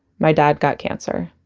my dad got cancer.